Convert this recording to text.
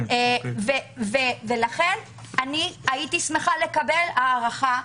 לכן הייתי שמחה לקבל הערכה,